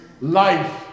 life